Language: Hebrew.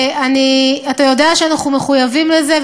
אתה יודע שאנחנו מחויבים לזה,